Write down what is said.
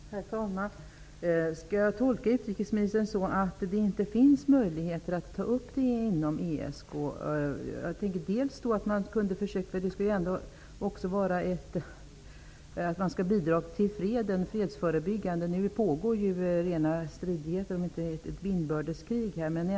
Herr talman! Skall jag tolka utrikesministern så att det inte finns möjlighet att ta upp denna fråga inom ESK? ESK skall ju ändå verka förebyggande och bidra till freden. Nu pågår ju ett inbördeskrig här.